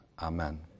Amen